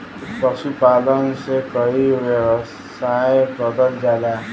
पशुपालन से कई व्यवसाय करल जाला